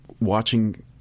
watching